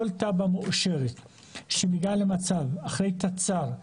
כל תב"ע מאושרת שמגיעה למצב אחרי תצ"ר,